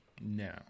no